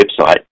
website